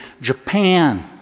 Japan